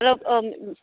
অলপ অঁ